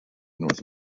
north